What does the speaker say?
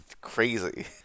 crazy